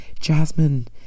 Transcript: Jasmine